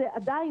עדיין,